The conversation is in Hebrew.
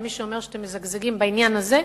ומי שאומר שאתם מזגזגים בעניין הזה,